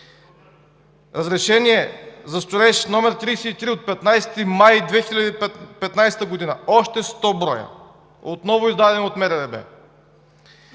разрешение за строеж № 33 от 15 май 2015 г. – още 100 броя, отново издадено от МРРБ.